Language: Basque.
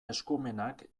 eskumenak